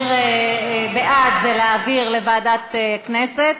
בעד זה להעביר לוועדת הכנסת,